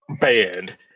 banned